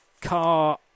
Car